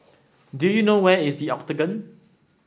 do you know where is The Octagon